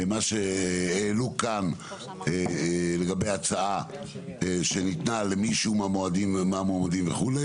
מה שהעלו כאן לגבי הצעה שניתנה למישהו מהמועמדים וכו',